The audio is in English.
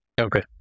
Okay